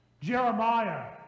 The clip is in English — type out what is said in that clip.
Jeremiah